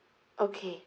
okay